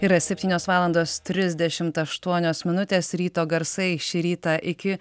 yra septynios valandos trisdešimt aštuonios minutės ryto garsai šį rytą iki